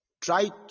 Try